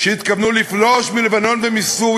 בעוד שבארץ ממשלתו מחסלת אותה.